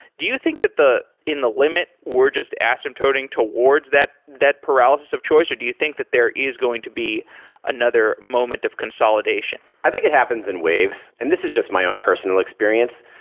do you think that in the in the limit we're just asymptoting towards that that paralysis of choice or do you think that there is going to be another moment of consolidation? i think it happens in waves, and this is just my own personal experience.